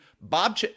Bob